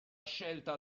scelta